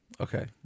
Okay